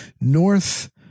North